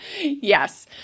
Yes